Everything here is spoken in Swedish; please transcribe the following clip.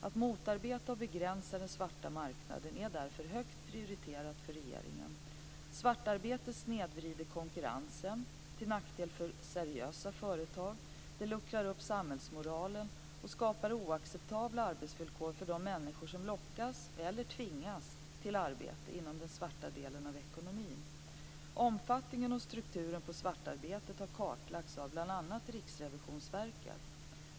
Att motarbeta och begränsa den svarta marknaden är därför högt prioriterat för regeringen. Svartarbete snedvrider konkurrensen till nackdel för seriösa företag, luckrar upp samhällsmoralen och skapar oacceptabla arbetsvillkor för de människor som lockas eller tvingas till arbete inom den svarta delen av ekonomin. Omfattningen och strukturen på svartarbetet har kartlagts av bl.a. Riksrevisionsverket.